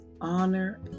honor